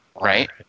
Right